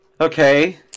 Okay